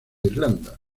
irlanda